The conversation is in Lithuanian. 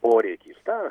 poreikis tą